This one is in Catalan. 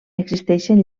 existeixen